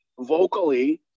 vocally